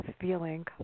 feeling